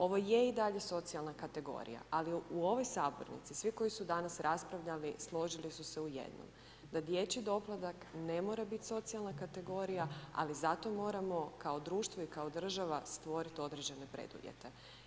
Ovo je i dalje socijalna kategorija, ali u ovoj sabornici svi koji su danas raspravljali složili su se u jednom da dječji doplatak ne mora biti socijalna kategorija ali zato moramo kao društvo i kao država stvoriti određene preduvjete.